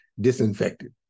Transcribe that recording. disinfected